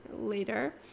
later